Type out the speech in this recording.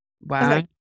Wow